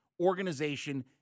organization